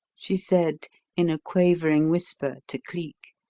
she said in a quavering whisper to cleek.